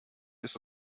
ist